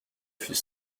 fut